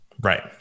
Right